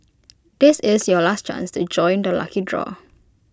this is your last chance to join the lucky draw